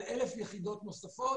על 1,000 יחידות נוספות.